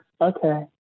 okay